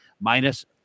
minus